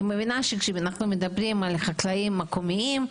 אני מבינה שאנחנו מדברים על חקלאים מקומיים,